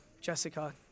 Jessica